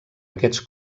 aquests